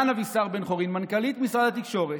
מנכ"לית משרד התקשורת,